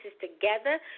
together